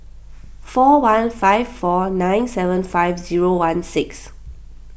four one five four nine seven five zero one six